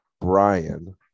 Brian